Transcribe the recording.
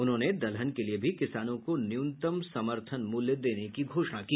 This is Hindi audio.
उन्होंने दलहन के लिये भी किसानों को न्यूनतम समर्थन मूल्य देने की घोषणा की